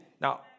Now